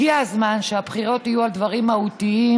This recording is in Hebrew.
הגיע הזמן שהבחירות יהיו על דברים מהותיים,